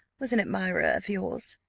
was an admirer of yours?